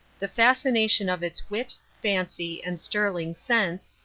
the fascination of its wit, fancy, and sterling sense,